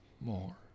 more